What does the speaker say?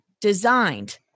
designed